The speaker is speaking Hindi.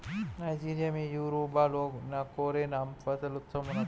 नाइजीरिया में योरूबा लोग इकोरे नामक फसल उत्सव मनाते हैं